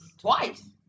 Twice